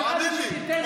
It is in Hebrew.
תאמין לי,